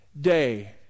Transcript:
day